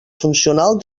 funcional